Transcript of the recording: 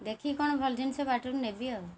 ଦେଖିକି କ'ଣ ଭଲ ଜିନିଷ ବାଟରୁ ନେବି ଆଉ